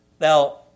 Now